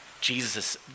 Jesus